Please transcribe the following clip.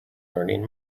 learning